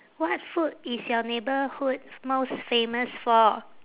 what food is your neighbourhood most famous for